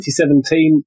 2017